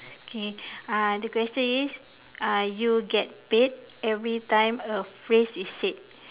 okay uh the question is uh you get paid everytime a phrase is said